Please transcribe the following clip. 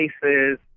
places